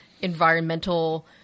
environmental